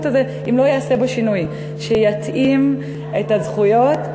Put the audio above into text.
הזה אם לא ייעשה בו שינוי שיתאים את הזכויות,